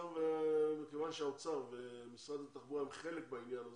מכיוון שהאוצר ומשרד התחבורה הם חלק בעניין הזה,